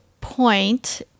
point